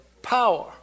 Power